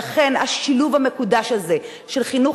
ולכן השילוב המקודש הזה של חינוך,